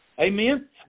Amen